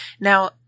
Now